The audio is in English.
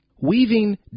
weaving